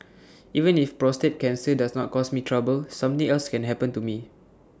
even if prostate cancer does not cause me trouble something else can happen to me